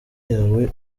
yawe